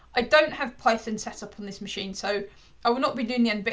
i don't have python setup on this machine, so i will not be doing the end bit,